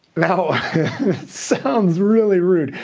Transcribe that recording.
now it sounds really rude,